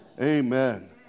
Amen